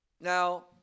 Now